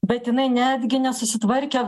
bet jinai netgi nesusitvarkė